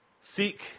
Seek